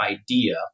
idea